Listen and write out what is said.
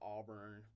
Auburn